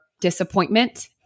disappointment